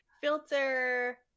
filter